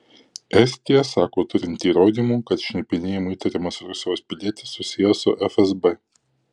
estija sako turinti įrodymų kad šnipinėjimu įtariamas rusijos pilietis susijęs su fsb